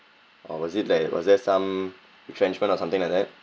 or was it like was there some retrenchment or something like that